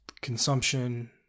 consumption